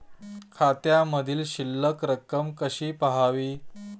खात्यामधील शिल्लक रक्कम कशी पहावी?